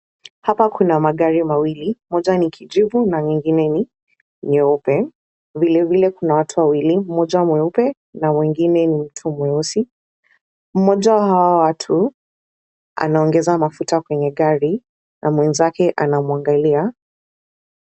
Hapa kuna magari mawili. Moja ni kijivu na nyingine ni nyeupe. Vilevile kuna watu wawili; mmoja mweupe na mwingine ni mtu mweusi. Mmoja wa hawa watu anaongeza mafuta kwenye gari na mwenzake anamuangalia.